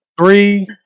Three